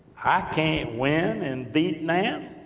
i can't win in vietnam,